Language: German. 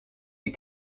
die